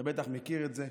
אתה בטח מכיר את זה.